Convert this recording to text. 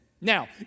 Now